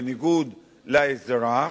בניגוד לאזרח,